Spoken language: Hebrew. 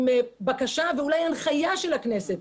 עם בקשה ואולי הנחיה של הכנסת,